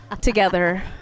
together